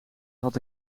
had